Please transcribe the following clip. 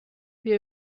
wir